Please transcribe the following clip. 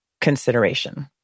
consideration